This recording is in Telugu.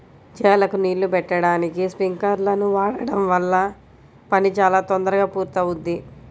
చేలకు నీళ్ళు బెట్టడానికి స్పింకర్లను వాడడం వల్ల పని చాలా తొందరగా పూర్తవుద్ది